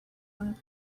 one